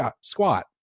squat